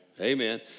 Amen